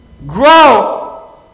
Grow